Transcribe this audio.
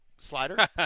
slider